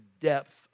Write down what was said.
depth